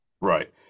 Right